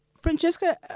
Francesca